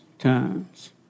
times